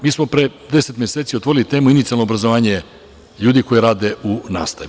Mi smo pre deset meseci otvorili temu – inicijalno obrazovanje ljudi koji rade u nastavi.